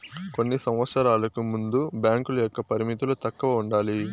కొన్ని సంవచ్చరాలకు ముందు బ్యాంకుల యొక్క పరిమితులు తక్కువ ఉండాలి